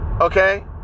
Okay